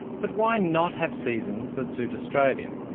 but why not have seasons that suit australia.